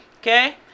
Okay